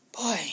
Boy